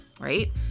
right